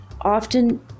often